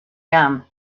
gum